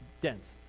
dense